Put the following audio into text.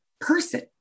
person